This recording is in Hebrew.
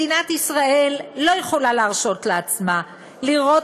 מדינת ישראל לא יכולה להרשות לעצמה לראות